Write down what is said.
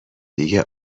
دیگه